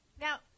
Now